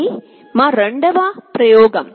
ఇది మా రెండవ ప్రయోగం